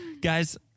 guys